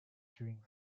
during